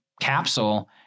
capsule